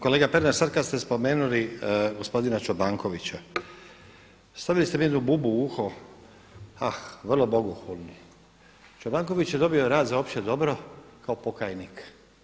Kolega Pernar sada kada ste spomenuli gospodina Čobankovića, stavili ste mi jednu bubu u uho, ah vrlo bogohulnu, Čobanković je dobio rad za opće dobro kao pokajnik.